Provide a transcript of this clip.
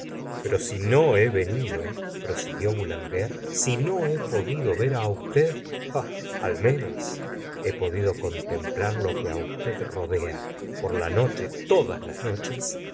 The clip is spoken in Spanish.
pero si no he venidaprosiguió boulanger si no he podido ver usted ah al menos he podido contemplar todo lo que á usted rodea por la no che todas las noches